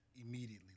immediately